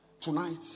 Tonight